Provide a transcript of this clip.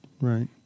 Right